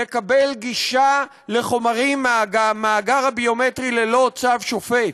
לקבל גישה לחומרים מהמאגר הביומטרי ללא צו שופט.